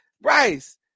Bryce